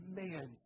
man